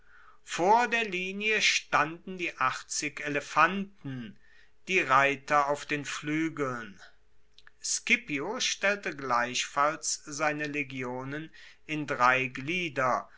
vor der linie standen die achtzig elefanten die reiter auf den fluegeln scipio stellte gleichfalls seine legionen in drei glieder